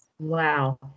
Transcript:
Wow